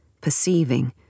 perceiving